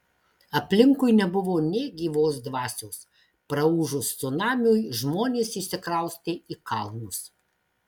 aplinkui nebuvo nė gyvos dvasios praūžus cunamiui žmonės išsikraustė į kalnus